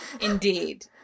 indeed